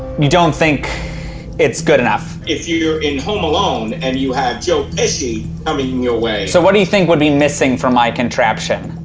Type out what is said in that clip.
you, don't think it's good enough? if you're in home alone and you have joe pesci coming i mean your way. so, what do you think would be missing from my contraption?